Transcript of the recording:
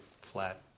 flat